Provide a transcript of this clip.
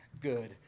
good